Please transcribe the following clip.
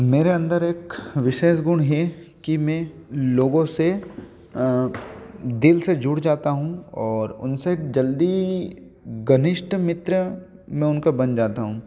मेरे अंदर एक विशेष गुण हे कि मैं लोगो से दिल से जुड़ जाता हूँ और उनसे जल्दी घनिष्ठ मित्र मैं उनका बन जाता हूँ